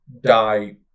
die